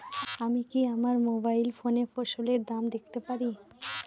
আমি কি আমার মোবাইল ফোনে ফসলের দাম দেখতে পারি?